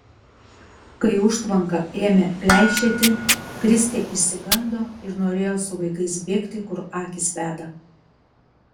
kai užtvanka ėmė pleišėti kristė išsigando ir norėjo su vaikais bėgti kur akys veda